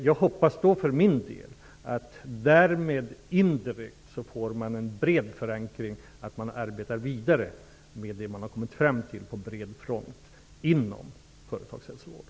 Jag hoppas att man därmed indirekt får en bred förankring, så att man kan arbeta vidare på bred front inom företagshälsovården.